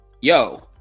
yo